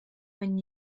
when